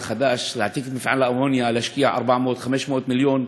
להעתיק את מפעל האמוניה, להשקיע 400 500 מיליון.